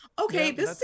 okay